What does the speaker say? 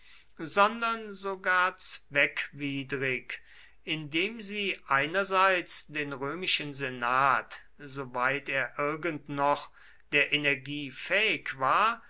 sondern sogar zweckwidrig indem sie einerseits den römischen senat soweit er irgend noch der energie fähig war